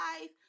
life